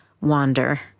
wander